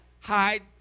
hide